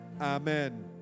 Amen